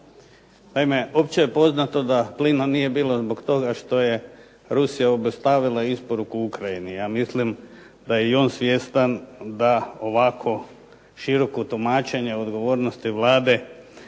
Naime opće je poznato da plina nije bilo zbog toga što je Rusija obustavila isporuku Ukrajini. Ja mislim da je i on svjestan da ovako široko tumačenje odgovornosti Vlade